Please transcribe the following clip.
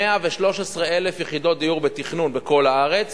113,000 יחידות דיור בתכנון בכל הארץ,